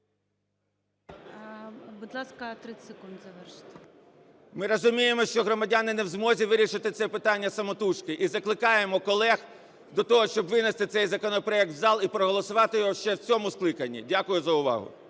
Ми розуміємо, що громадяни не в змозі вирішити це питання самотужки. І закликаємо колег до того, щоб винести цей законопроект в зал і проголосувати його ще в цьому скликанні. Дякую за увагу.